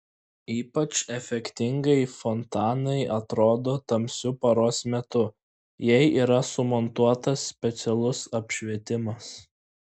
ypač efektingai fontanai atrodo tamsiu paros metu jei yra sumontuotas specialus apšvietimas